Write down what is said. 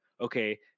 Okay